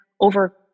over